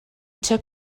took